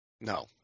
No